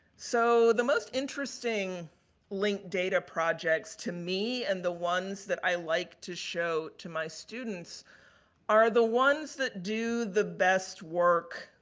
so, the most interesting linked data projects to me and the ones that i like to show to our students are the ones that do the best work,